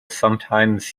sometimes